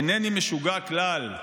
אינני משוגע כלל.